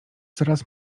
coraz